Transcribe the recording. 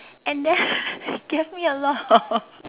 and then she gave me a lot